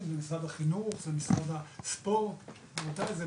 במירכאות שיש גם חברה חרדית ויש חברה עברית ושיש עוד חברות וצריך